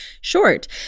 short